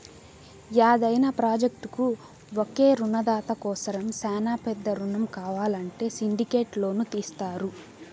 యాదైన ప్రాజెక్టుకు ఒకే రునదాత కోసరం శానా పెద్ద రునం కావాలంటే సిండికేట్ లోను తీస్తారు